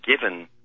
given